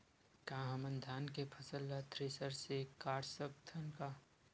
का हमन धान के फसल ला थ्रेसर से काट सकथन का?